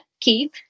Keith